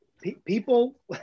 People